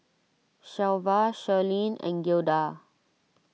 Shelva Shirleen and Gilda